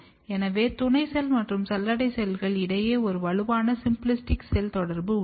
எனவே துணை செல் மற்றும் சல்லடை செல்கள் இடையே ஒரு வலுவான சிம்பிளாஸ்டிக் செல் தொடர்பு உள்ளது